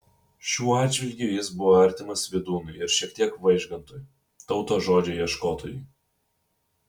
šiuo atžvilgiu jis buvo artimas vydūnui ir šiek tiek vaižgantui tautos žodžio ieškotojui